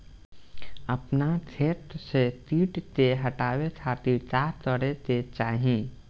अपना खेत से कीट के हतावे खातिर का करे के चाही?